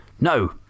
No